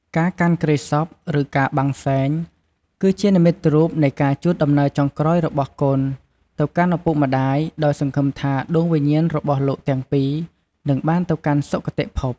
ការកាន់គ្រែសព ឬការបាំងសែង គឺជានិមិត្តរូបនៃការជូនដំណើរចុងក្រោយរបស់កូនទៅកាន់ឪពុកម្តាយ ដោយសង្ឃឹមថាដួងវិញ្ញាណរបស់លោកទាំងពីរនឹងបានទៅកាន់សុគតិភព។